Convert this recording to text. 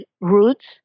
roots